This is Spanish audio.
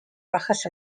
bajas